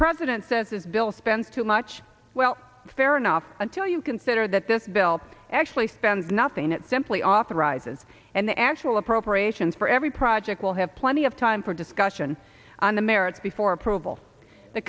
president says this bill spends too much well fair enough until you consider that this bill actually spend nothing it simply authorizes and the actual appropriations for every project will have plenty of time for discussion on the merits before approval th